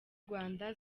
rwanda